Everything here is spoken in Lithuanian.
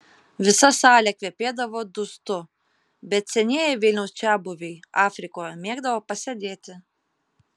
visa salė kvepėdavo dustu bet senieji vilniaus čiabuviai afrikoje mėgdavo pasėdėti